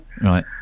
Right